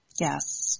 Yes